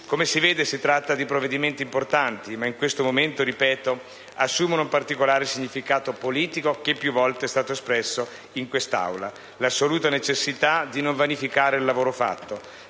Come si vede, si tratta di provvedimenti importanti, ma in questo momento - ripeto - assumono un particolare significato politico che più volte è stato espresso in quest'Aula: l'assoluta necessità di non vanificare il lavoro fatto,